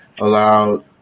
allowed